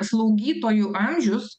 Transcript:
slaugytojų amžius